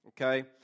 okay